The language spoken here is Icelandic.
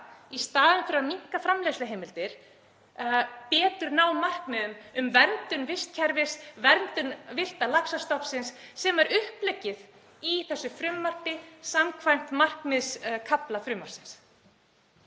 í staðinn fyrir að minnka framleiðsluheimildir betur ná markmiðum um verndun vistkerfisins, verndun villta laxastofnsins, sem er uppleggið í þessu frumvarpi samkvæmt markmiðskafla frumvarpsins?